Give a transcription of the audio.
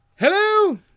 Hello